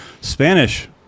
Spanish